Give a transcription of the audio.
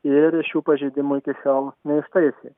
ir šių pažeidimų iki šiol neištaisė